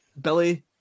Billy